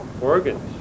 organs